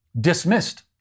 dismissed